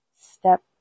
step